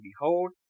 Behold